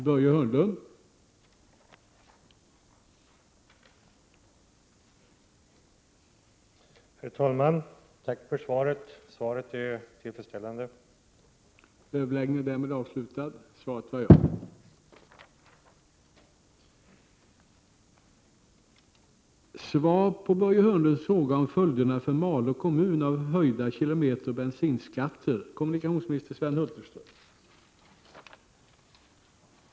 I Malå kommun har småföretagarna räknat ut att deras transportkostnader höjs med ca 1 milj.kr. per år på grund av regeringens förslag till höjda kilometeroch bensinskatter. Lönsamheten i många företag är sådan att företagen inte tål ytterligare kostnadshöjningar. Malå har ej tillgång till järnväg. Är ministern medveten om de svåra regionalpolitiska effekter som kommer att uppstå på grund av regeringens förslag i trafikpropositionen?